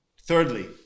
Thirdly